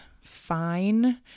fine